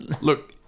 Look